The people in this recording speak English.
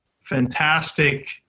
fantastic